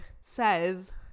says